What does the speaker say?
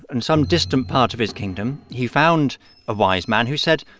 in some distant part of his kingdom, he found a wise man who said,